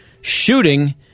shooting